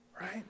right